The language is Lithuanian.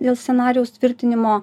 dėl scenarijaus tvirtinimo